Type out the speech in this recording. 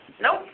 Nope